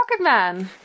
Rocketman